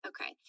Okay